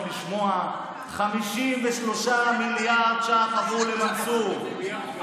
סימון, בבקשה, עובדות האמת נמצאות בפרטים הקטנים.